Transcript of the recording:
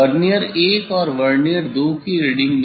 vernier 1 और vernier 2 की reading में नहीं